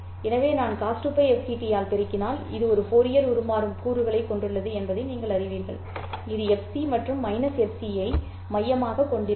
எனவே நான் cos 2 π f c t ஆல் பெருக்கினால் இது ஒரு ஃபோரியர் உருமாறும் கூறுகளைக் கொண்டுள்ளது என்பதை நீங்கள் அறிவீர்கள் இது fc மற்றும் fc ஐ மையமாகக் கொண்டிருக்கும்